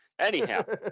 Anyhow